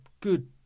good